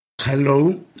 Hello